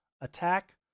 attack